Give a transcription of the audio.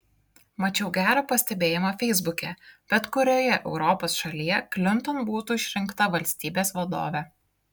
mačiau gerą pastebėjimą feisbuke bet kurioje europos šalyje klinton būtų išrinkta valstybės vadove